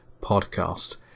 podcast